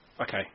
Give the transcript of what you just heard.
okay